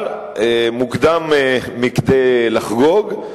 אבל מוקדם מדי לחגוג,